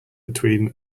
between